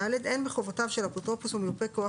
(ד)אין בחובותיו של אפוטרופוס או מיופה כוח